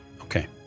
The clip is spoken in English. Okay